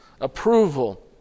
Approval